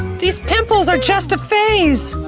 these pimples are just a phase!